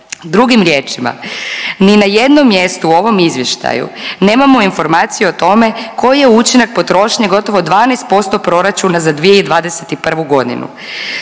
Drugim riječima, ni na jednom mjestu u ovom Izvještaju nemamo informaciju o tome koji je učinak potrošnje gotovo 12% proračuna za 2021. g.,